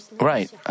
right